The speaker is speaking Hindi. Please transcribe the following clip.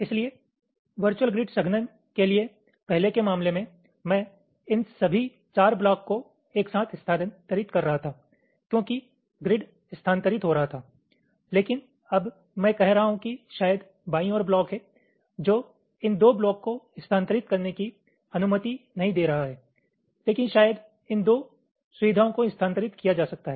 इसलिए वर्चुअल ग्रिड संघनन के लिए पहले के मामले में मैं इन सभी चार ब्लॉक को एक साथ स्थानांतरित कर रहा था क्योंकि ग्रिड स्थानांतरित हो रहा था लेकिन अब मैं कह रहा हूं कि शायद बाईं ओर ब्लॉक हैं जो इन दो ब्लॉक को स्थानांतरित करने की अनुमति नहीं दे रहा है लेकिन शायद इन दो सुविधाओं को स्थानांतरित किया जा सकता है